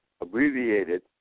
abbreviated